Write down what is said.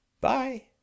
bye